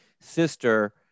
sister